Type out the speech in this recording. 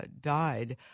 died